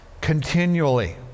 continually